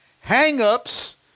hang-ups